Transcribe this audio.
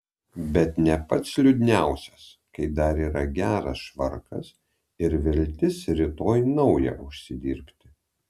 bet ne pats liūdniausias kai dar yra geras švarkas ir viltis rytoj naują užsidirbti